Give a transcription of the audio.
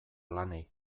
lanei